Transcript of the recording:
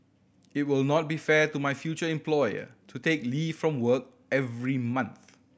it will not be fair to my future employer to take leave from work every month